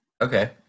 Okay